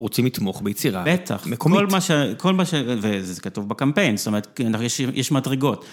רוצים לתמוך ביצירה מקומית. בטח, כל מה ש... וזה כתוב בקמפיין, זאת אומרת, יש מדרגות.